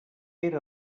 era